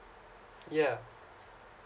yeah